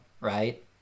right